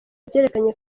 ryerekanye